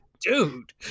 dude